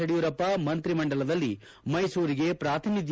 ಯಡಿಯೂರಪ್ಪ ಮಂತ್ರಿಮಂಡಲದಲ್ಲಿ ಮೈಸೂರಿಗೆ ಪ್ರಾಧಿನಿದ್ಯ